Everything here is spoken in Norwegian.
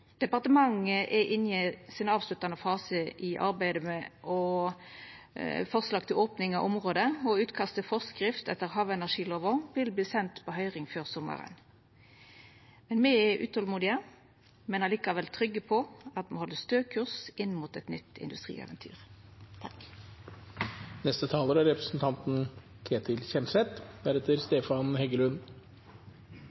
Departementet er inne i ein avsluttande fase i sitt arbeid, og forslag til opning av område og utkast til forskrift etter havenergilova vil verta sendt på høyring før sommaren. Me er utolmodige, men likevel trygge på at me held stø kurs mot eit nytt industrieventyr. Aller først takk til representanten